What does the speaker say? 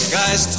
guys